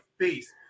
face